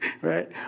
Right